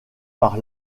par